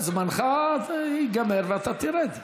אתה יכול לחכות, זמנך ייגמר ואתה תרד.